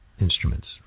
instruments